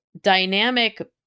dynamic